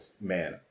man